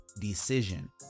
decision